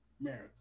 America